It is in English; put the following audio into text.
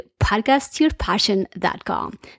podcastyourpassion.com